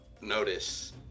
notice